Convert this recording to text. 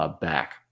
Back